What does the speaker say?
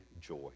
joy